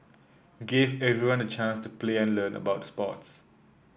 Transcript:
gave everyone the chance to play and learn about sports